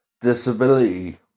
disability